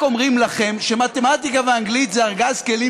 רק אומרים לכם שמתמטיקה ואנגלית זה ארגז כלים